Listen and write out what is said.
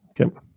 Okay